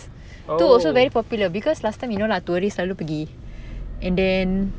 tu also very popular because last time you know lah tourist selalu pergi and then